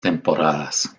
temporadas